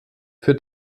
für